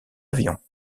avions